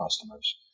customers